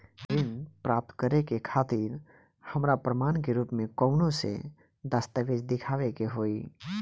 ऋण प्राप्त करे के खातिर हमरा प्रमाण के रूप में कउन से दस्तावेज़ दिखावे के होइ?